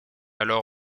alors